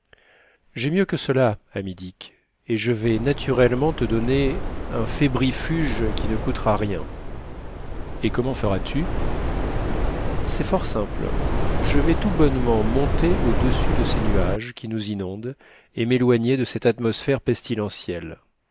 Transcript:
j'ai mieux que cela ami dick et je vais naturellement te donner un fébrifuge qui ne coûtera rien et comment feras-tu c'est fort simple je vais tout bonnement monter au-dessus de ces nuages qui nous inondent et m'éloigner de cette atmosphère pestilentielle